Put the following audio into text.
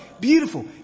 beautiful